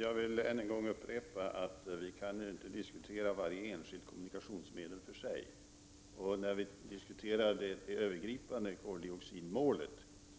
Fru talman! Jag vill upprepa att vi inte kan diskutera varje enskilt kommunikationsmedel för sig. När vi diskuterar det övergripande koldioxidmålet